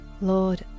lord